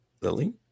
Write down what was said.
lily